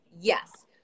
Yes